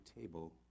table